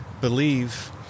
believe